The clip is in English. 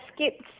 skipped